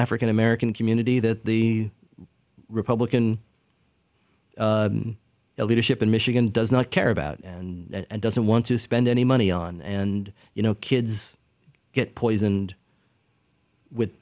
african american community that the republican the leadership in michigan does not care about and doesn't want to spend any money on and you know kids get poisoned with